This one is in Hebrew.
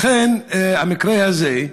המקרה הזה,